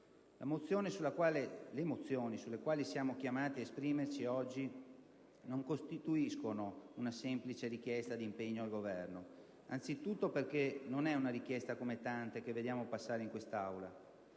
Le mozioni sulle quali siamo chiamati ad esprimerci oggi non costituiscono una semplice dichiarazione di impegno al Governo, anzitutto perché non rappresentano una richiesta come le tante che vediamo passare in quest'Aula.